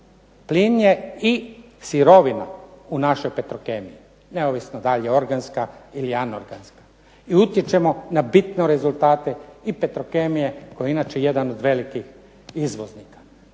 Plin je i sirovina u našoj Petrokemiji neovisno da li je organska ili anorganska i utječemo na bitno rezultate i Petrokemije koji je inače jedan od velikih izvoznika.